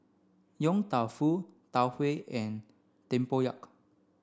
Yong Tau Foo Tau Huay and Tempoyak